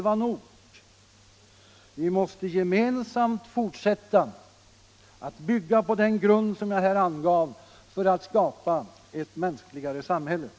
Vi måste gemensamt fortsätta att bygga på den grund som jag här angivit för att skapa ett mänskligare samhälle.